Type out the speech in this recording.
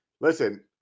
Listen